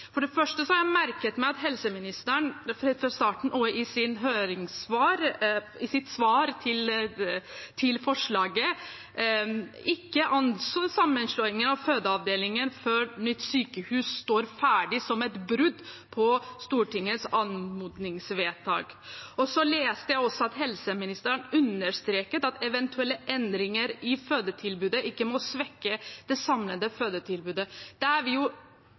For det første har jeg merket meg at helseministeren i sitt svar til forslaget ikke anså sammenslåingen av fødeavdelingene før nytt sykehus står ferdig, som et brudd på Stortingets anmodningsvedtak. Så leste jeg også at helseministeren understreket at eventuelle endringer i fødetilbudet ikke må svekke det samlede fødetilbudet. Det er vi